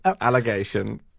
allegation